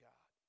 God